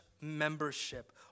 membership